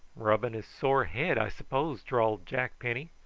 rubbing his sore head, i s'pose, drawled jack penny.